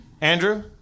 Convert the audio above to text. Andrew